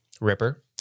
Ripper